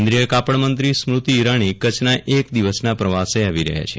કેન્દ્રિય કાપડ મંત્રી સ્મૃતિ ઈરાની કચ્છના એક દિવસના પ્રવાસે આવી રહ્યા છે